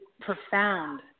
profound